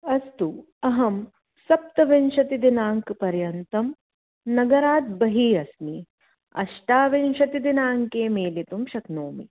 अस्तु अहं सप्तविंशतिदिनाङ्कपर्यन्तं नगरात् बहिः अस्मि अष्टाविंशति दिनाङ्के मेलितुं शक्नोमि